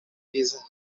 mesa